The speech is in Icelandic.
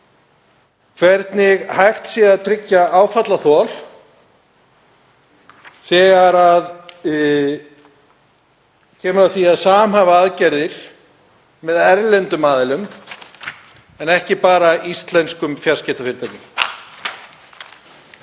hvernig hægt sé að tryggja áfallaþol þegar kemur að því að samhæfa aðgerðir með erlendum aðilum en ekki bara íslenskum fjarskiptafyrirtækjum.